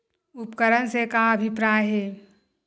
उपकरण से का अभिप्राय हे?